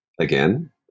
again